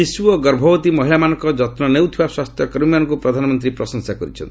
ଶିଶୁ ଓ ଗର୍ଭବତୀ ମହିଳାମାନଙ୍କ ଯତ୍ନ ନେଉଥିବା ସ୍ୱାସ୍ଥ୍ୟକର୍ମୀମାନଙ୍କୁ ପ୍ରଧାନମନ୍ତ୍ରୀ ପ୍ରଶଂସା କରିଛନ୍ତି